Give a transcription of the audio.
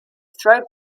throw